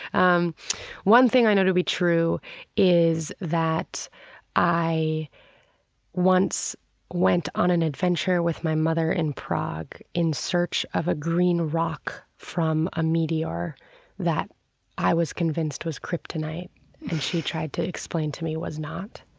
um one thing i know to be true is that i once went on an adventure with my mother in prague in search of a green rock from a meteor that i was convinced was kryptonite and she tried to explain to me was not.